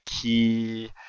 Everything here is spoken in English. key